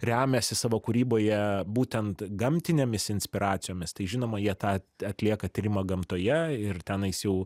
remiasi savo kūryboje būtent gamtinėmis inspiracijomis tai žinoma jie tą atlieka tyrimą gamtoje ir tenais jau